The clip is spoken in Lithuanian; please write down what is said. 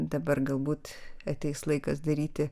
dabar galbūt ateis laikas daryti